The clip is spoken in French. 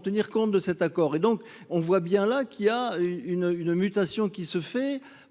tenir compte de cet accord. Et donc on voit bien là qu'il y a une mutation qui se fait